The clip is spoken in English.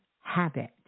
habit